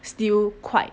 still quite